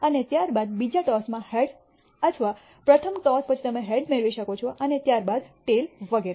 અને ત્યારબાદ બીજા ટૉસ માં હેડ અથવા પ્રથમ ટૉસ પછી તમે હેડ મેળવી શકો છો અને ત્યારબાદ ટેઈલ વગેરે